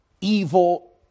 evil